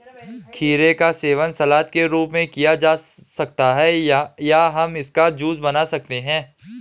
खीरे का सेवन सलाद के रूप में किया जा सकता है या हम इसका जूस बना सकते हैं